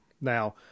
Now